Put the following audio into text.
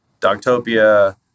Dogtopia